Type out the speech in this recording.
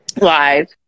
live